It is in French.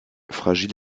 fragile